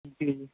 جی جی